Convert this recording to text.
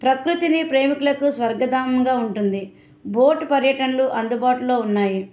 ప్రకృతిని ప్రేమికులకు స్వర్గధామంగా ఉంటుంది బోటు పర్యటనలు అందుబాటులో ఉన్నాయి